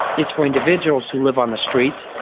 it's for individuals who live on the streets,